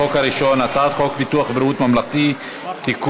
החוק הראשון: הצעת חוק ביטוח בריאות ממלכתי (תיקון,